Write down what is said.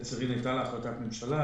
קצרין עלתה להחלטת ממשלה.